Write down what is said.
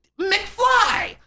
McFly